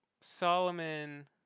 Solomon